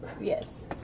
Yes